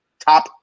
top